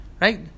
Right